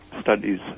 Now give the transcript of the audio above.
studies